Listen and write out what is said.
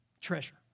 Treasure